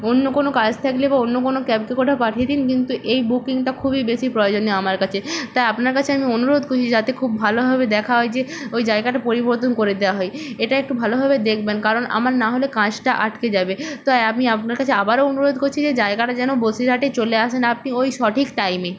অন্য কোনো কাজ থাকলে বা অন্য কোনো ক্যাব থেকে ওটা পাঠিয়ে দিন কিন্তু এই বুকিংটা খুবই বেশি প্রয়োজনীয় আমার কাছে তাই আপনার কাছে আমি অনুরোধ করছি যাতে খুব ভালোভাবে দেখা হয় যে ওই জায়গাটা পরিবর্তন করে দেওয়া হয় এটা একটু ভালোভাবে দেখবেন কারণ আমার নাহলে কাজটা আটকে যাবে তাই আমি আপনার কাছে আবারও অনুরোধ করছি যে জায়গাটা যেন বসিরহাটে চলে আসেন আপনি ওই সঠিক টাইমে